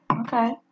Okay